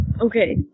Okay